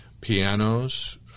pianos